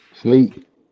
Sleep